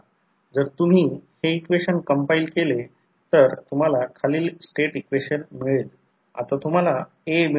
म्हणजे याचा अर्थ या प्रकरणात E1 E2 N1 N2 एक आयडियल ट्रान्सफॉर्मर आहे जसे की ट्रान्सफॉर्मरमधून सर्व काही बाहेर काढले गेले तर तो दोन वाइंडिंगने दाखविला जातो